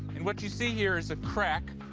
and what you see here is a crack.